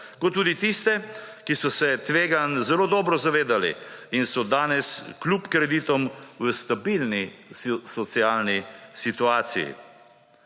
kot tudi tiste, ki so se tveganj zelo dobro zavedali in so danes kljub kreditom v stabilni socialni situaciji.